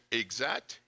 exact